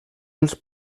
els